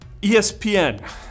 ESPN